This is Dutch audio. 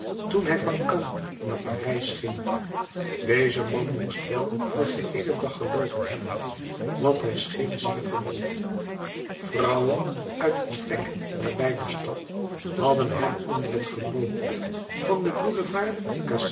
toen hij van cannes naar parijs ging deze man moest wel den geheelen dag geloopen hebben want hij scheen zeer vermoeid vrouwen uit het vlek nabij de stad hadden hem onder het geboomte van den boulevard